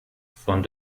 von